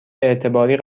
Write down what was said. اعتباری